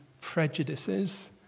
prejudices